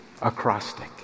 acrostic